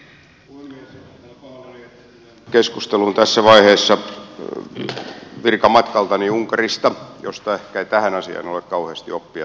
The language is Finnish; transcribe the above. olen pahoillani että tulen keskusteluun tässä vaiheessa virkamatkaltani unkarista josta ehkä ei tähän asiaan ole kauheasti oppia saatavaksi